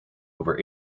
over